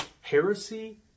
heresy